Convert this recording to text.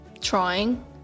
trying